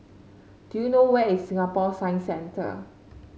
do you know where is Singapore Science Centre